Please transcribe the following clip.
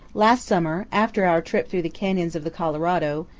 last summer, after our trip through the canyons of the colorado,